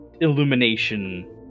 illumination